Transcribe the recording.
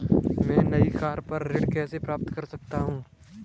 मैं नई कार पर ऋण कैसे प्राप्त कर सकता हूँ?